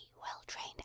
well-trained